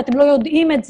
ואתם לא יודעים את זה,